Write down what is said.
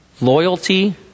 loyalty